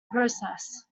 process